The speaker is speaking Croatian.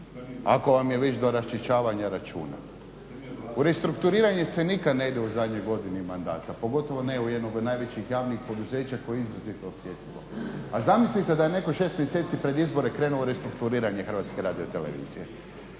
ako vam je već do raščišćavanja računa. U restrukturiranje se nikada ne ide u zadnjoj godini mandata pogotovo ne u jednog od najvećih javnih poduzeća koje je izuzetno osjetljivo. A zamislite da je netko 6 mjeseci pred izbore krenuo u restrukturiranje Hrvatske radiotelevizije.